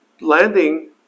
landing